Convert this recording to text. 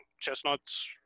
Chestnuts